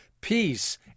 Peace